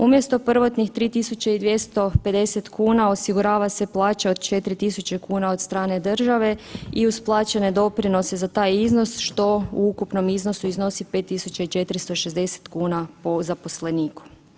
Umjesto prvotnih 3.250,00 kn osigurava se plaća od 4.000,00 kn od strane države i uz plaćene doprinose za taj iznos, što u ukupnom iznosu iznosi 5.460,00 kn po zaposleniku.